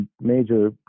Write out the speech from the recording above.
major